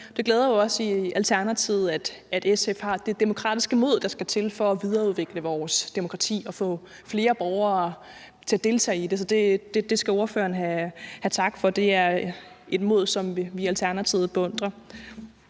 Det glæder os i Alternativet, at SF har det demokratiske mod, der skal til for at videreudvikle vores demokrati og få flere borgere til at deltage i det, så det skal ordføreren have tak for. Det er et mod, som vi i Alternativet beundrer.